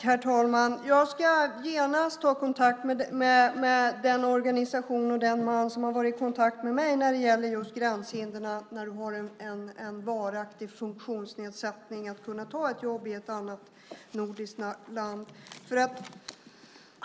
Herr talman! Jag ska genast ta kontakt med den organisation och den man som har varit kontakt med mig när det gäller just gränshinder för att kunna ta ett jobb i ett annat nordiskt land när man har en varaktig funktionsnedsättning.